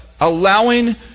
allowing